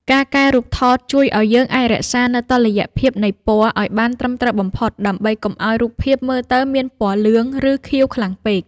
ការកែរូបថតជួយឱ្យយើងអាចរក្សានូវ តុល្យភាពនៃពណ៌ ឱ្យបានត្រឹមត្រូវបំផុត ដើម្បីកុំឱ្យរូបភាពមើលទៅមានពណ៌លឿង ឬខៀវខ្លាំងពេក។